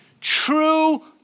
true